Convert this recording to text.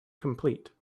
complete